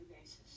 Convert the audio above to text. basis